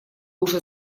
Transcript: уже